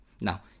Now